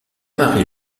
marie